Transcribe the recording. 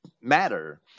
matter